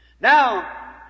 Now